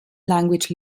language